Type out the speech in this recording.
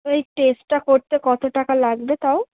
এই টেস্টটা করতে কতো টাকা লাগবে তাও